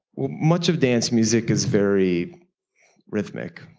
well, much of dance music is very rhythmic.